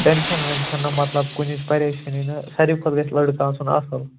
tension وٮ۪نشن نہَ مطلب کُنِچ پَریشٲنی نہٕ سارِوٕے کھۄتہٕ گَژھِ لڑکہٕ آسُن اَصٕل